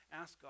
ask